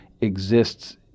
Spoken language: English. exists